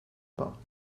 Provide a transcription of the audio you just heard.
pas